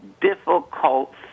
difficult